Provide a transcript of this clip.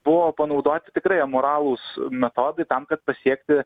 buvo panaudoti tikrai amoralūs metodai tam kad pasiekti